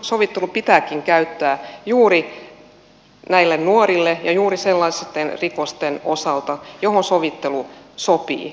sovittelua pitääkin käyttää juuri näille nuorille ja juuri sellaisten rikosten osalta joihin sovittelu sopii